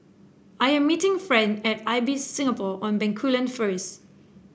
I am meeting Friend at Ibis Singapore on Bencoolen first